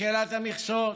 בשאלת המכסות,